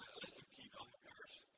list of key value pairs.